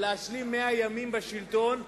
או להשלים 100 ימים בשלטון,